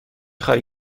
خواهی